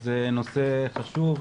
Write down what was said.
זה נושא חשוב,